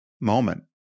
moment